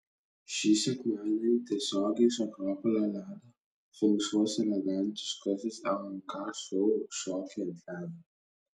šį sekmadienį tiesiogiai iš akropolio ledo finišuos elegantiškasis lnk šou šokiai ant ledo